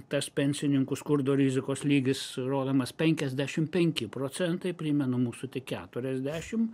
tas pensininkų skurdo rizikos lygis rodomas penkiasdešim penki procentai primenu mūsų tik keturiasdešim